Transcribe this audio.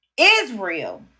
Israel